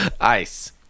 Ice